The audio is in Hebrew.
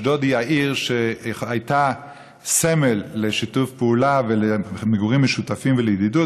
אשדוד היא עיר שהייתה סמל לשיתוף פעולה ולמגורים משותפים ולידידות,